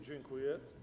Dziękuję.